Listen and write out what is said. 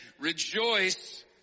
Rejoice